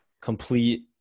complete